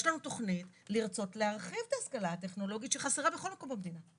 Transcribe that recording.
יש לנו תכנית לרצות להרחיב את ההשכלה הטכנולוגית שחסרה בכל מקום במדינה.